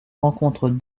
rencontre